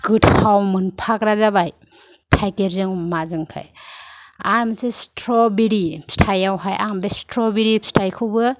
गोथाव मोनफाग्रा जाबाय थाइगिरजों अमाजोंखाय आरो मोनसे स्ट्रबेरि फिथायावहाय आं बे स्ट्रबेरि फिथाइखौबो